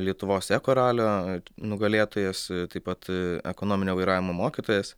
lietuvos eko ralio nugalėtojas taip pat ekonominio vairavimo mokytojas